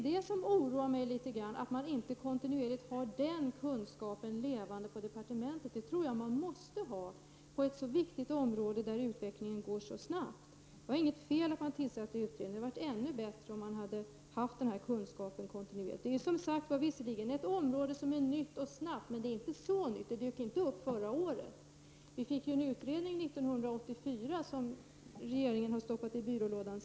Det som oroar mig litet grand är att man inte kontinuerligt har den kunskapen levande på departementet. Det tror jag att man måste ha på ett så viktigt område där utvecklingen går så snabbt. Det var inte fel att utredningen tillsattes, men det hade varit ännu bättre om man kontinuerligt hade haft denna kunskap på departementet. Det är, som sagt, visserligen ett område som är nytt och där utvecklingen går snabbt, men det är inte så nytt — det dök inte upp förra året. En utredning lades fram 1984, men den har regeringen stoppat i byrålådan.